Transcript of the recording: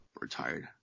retired